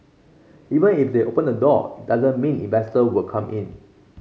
even if they open the door it doesn't mean investors will come in